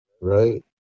right